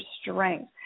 strength